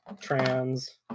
trans